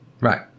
right